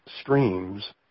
streams